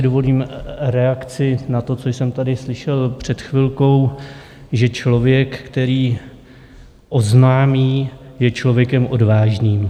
Dovolím si reakci na to, co jsem tady slyšel před chvilkou, že člověk, který oznámí, je člověkem odvážným.